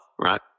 Right